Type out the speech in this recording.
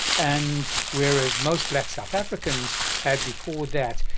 and whereas most black south africans had before that,